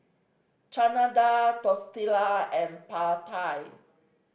Chana Dal Tortilla and Pad Thai